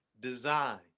design